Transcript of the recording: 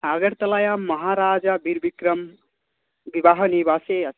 अगर्तलायां महाराजावीरविक्रमविवाहनिवासे अस्ति